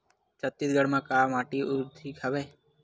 छत्तीसगढ़ म का माटी अधिक हवे?